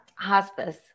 hospice